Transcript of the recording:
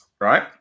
Right